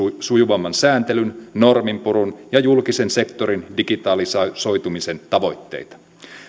sujuvamman sääntelyn norminpurun ja julkisen sektorin digitalisoitumisen tavoitteita